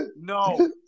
no